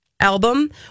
album